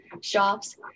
shops